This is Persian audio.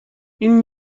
این